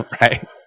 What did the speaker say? right